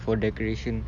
for decoration